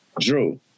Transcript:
Drew